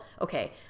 okay